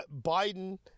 Biden